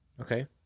Okay